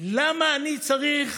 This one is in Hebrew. למה אני צריך